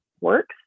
works